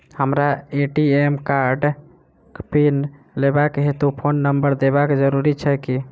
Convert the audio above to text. हमरा ए.टी.एम कार्डक पिन लेबाक हेतु फोन नम्बर देबाक जरूरी छै की?